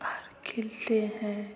और खिलते हैं